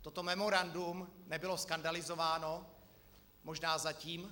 Toto memorandum nebylo skandalizováno, možná zatím.